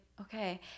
Okay